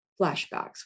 flashbacks